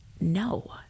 No